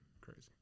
crazy